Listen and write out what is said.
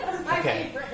Okay